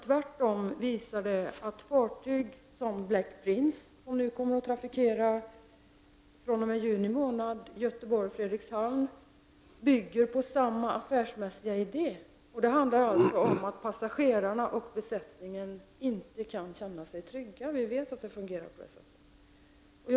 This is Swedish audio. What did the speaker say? Tvärtom, den visar att fartyg som Black Prince, som fr.o.m. juni månad kommer att trafikera Göteborg-Fredrikshamn, bygger på samma affärsmässiga idé. Passagerarna och besättningen kan då inte känna sig trygga. Vi vet att det fungerar på det sättet.